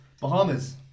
Bahamas